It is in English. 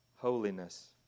Holiness